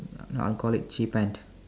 no I'll call it cheephant